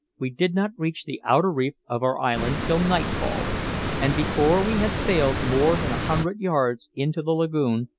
we did not reach the outer reef of our island till nightfall and before we had sailed more than a hundred yards into the lagoon,